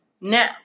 Now